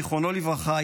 זיכרונו לברכה,